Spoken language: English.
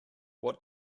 what